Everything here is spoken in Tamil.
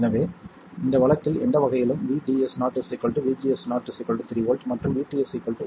எனவே இந்த வழக்கில் எந்த வகையிலும் VDS0 VGS0 3v மற்றும் VT 1v